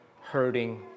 hurting